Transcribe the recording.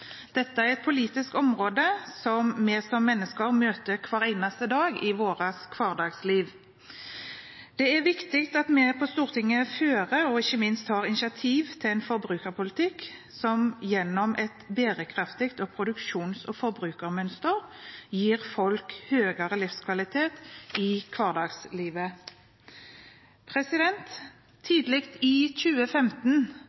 Dette er et politisk område som vi som mennesker møter hver eneste dag i vårt hverdagsliv. Det er viktig at vi på Stortinget fører, og ikke minst tar initiativ til, en forbrukerpolitikk som gjennom et bærekraftig produksjons- og forbruksmønster gir folk høyere livskvalitet i hverdagslivet. Tidlig i 2015